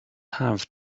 have